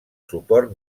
suport